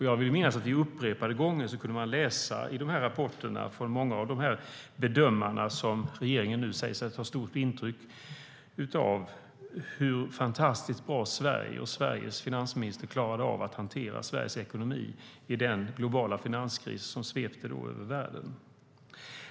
Jag vill minnas att man vid upprepade tillfällen i de rapporter som kom från många av de bedömare regeringen nu säger sig ta stort intryck av kunde läsa hur fantastiskt bra Sverige och Sveriges finansminister klarade av att hantera Sveriges ekonomi i den globala finanskris som då svepte över världen.